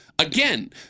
Again